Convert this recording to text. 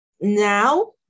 now